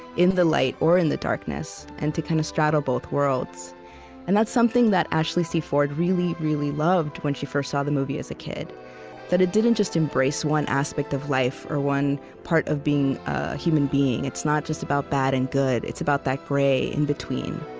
in the light or in the darkness, and to kind of straddle both worlds and that's something that ashley c. ford really, really loved, when she first saw the movie as a kid that it didn't just embrace one aspect of life or one part of being a human being. it's not just about bad and good. it's about that gray in-between